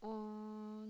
uh